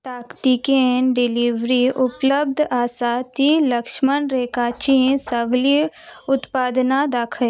ताकतिकेन डिलिव्हरी उपलब्ध आसा तीं लक्ष्मण रेखाचीं सगळीं उत्पादनां दाखय